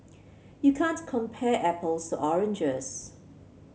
you can't compare apples to oranges